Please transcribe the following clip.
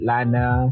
Lana